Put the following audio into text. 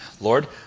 Lord